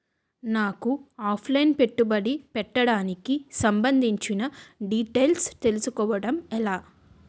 నాకు offline పెట్టుబడి పెట్టడానికి సంబందించిన డీటైల్స్ తెలుసుకోవడం ఎలా?